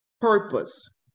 purpose